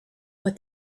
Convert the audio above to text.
what